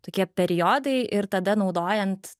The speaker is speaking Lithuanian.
tokie periodai ir tada naudojant